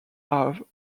have